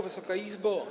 Wysoka Izbo!